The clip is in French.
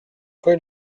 rue